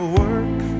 work